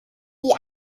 die